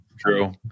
True